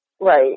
right